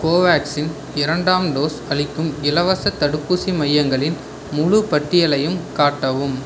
கோவேக்சின் இரண்டாம் டோஸ் அளிக்கும் இலவசத் தடுப்பூசி மையங்களின் முழுப் பட்டியலையும் காட்டவும்